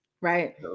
Right